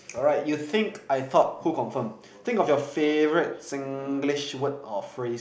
all right you think I thought who confirm think of your favorite Singlish word or phrase